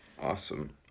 Awesome